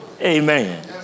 Amen